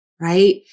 right